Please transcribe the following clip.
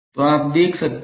तो आप क्या देख सकते हैं